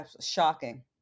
shocking